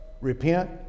Repent